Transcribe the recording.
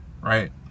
right